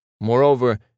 Moreover